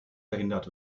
verhindert